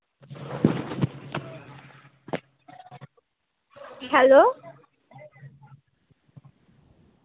hello